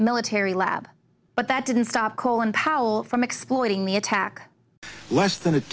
military lab but that didn't stop colin powell from exploiting the attack less tha